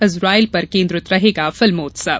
Israel पर केन्द्रित रहेगा महोत्सव